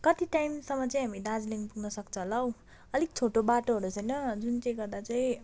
कति टाइमसम्म चाहिँ हामी दार्जिलिङ पुग्न सक्छ होला हौ अलिक छोटो बाटोहरू छैन जुन चाहिँ गर्दा चाहिँ